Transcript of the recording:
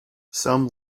some